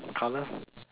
colour